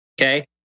Okay